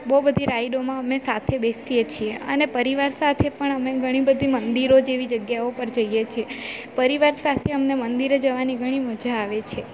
બહુ બધી રાઈડોમાં અમે સાથે બેસીએ છીએ અને પરિવાર સાથે પણ અમે ઘણી બધી મંદિરો જેવી જગ્યાઓ પર જઈએ છીએ પરિવાર સાથે અમને મંદિરે જવાની ઘણી મજા આવે છે